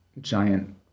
giant